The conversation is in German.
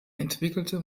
entwickelte